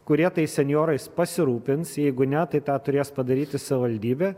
kurie tais senjorais pasirūpins jeigu ne tai tą turės padaryti savivaldybė